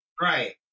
right